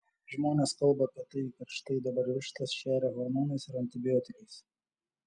žmonės kalba apie tai kad štai dabar vištas šeria hormonais ir antibiotikais